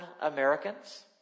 Americans